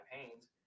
campaigns